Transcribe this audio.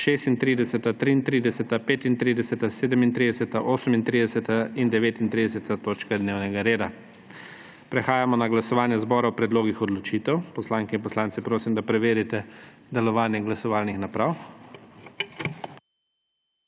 36., 33., 35., 37., 38. in 39. točka dnevnega reda. Prehajamo na glasovanje zbora o predlogih odločitev. Poslanke in poslance prosim, da preverite delovanje glasovalnih naprav.